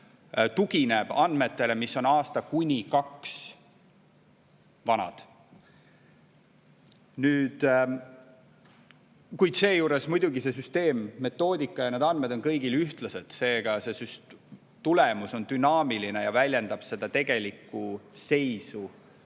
tugineb andmetele, mis on aasta kuni kaks vanad. Kuid seejuures muidugi see süsteem, metoodika ja need andmed on kõigil ühtlased, nii et tulemus on dünaamiline ja väljendab seda tegelikku seisu